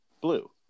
blue